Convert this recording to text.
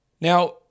Now